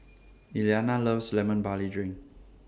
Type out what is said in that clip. Elianna loves Lemon Barley Drink